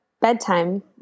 bedtime